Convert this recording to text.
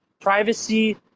Privacy